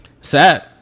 sad